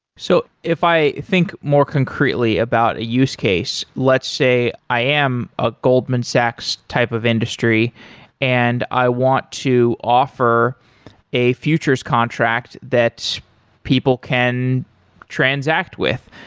so if i think more concretely about a use case. let's say i am a goldman sachs type of industry and i want to offer a future's contract that people can transact with.